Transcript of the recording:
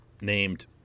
named